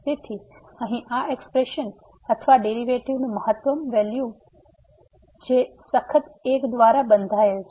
તેથી અહીં આ એક્સ્પ્રેશન અથવા આ ડેરિવેટિવ નું મહત્તમ વેલ્યુ જે સખત 1 દ્વારા બંધાયેલ છે